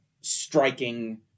striking